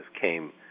came